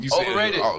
Overrated